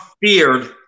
feared